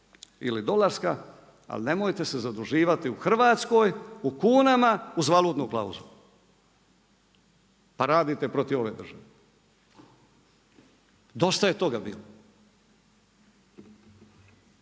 ili dolarska, ali nemojte se zaduživati u Hrvatskoj u kunama uz valutnu klauzulu. Pa radite protiv ove države. Dosta je toga bilo.